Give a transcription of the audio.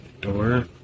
door